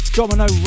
Domino